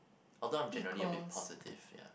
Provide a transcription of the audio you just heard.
although I'm generally a bit positive ya